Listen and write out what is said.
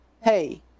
hey